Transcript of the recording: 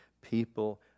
people